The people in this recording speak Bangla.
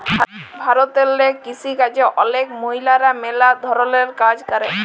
ভারতেল্লে কিসিকাজে অলেক মহিলারা ম্যালা ধরলের কাজ ক্যরে